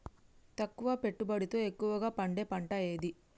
తక్కువ పెట్టుబడితో ఎక్కువగా పండే పంట ఏది?